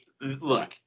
look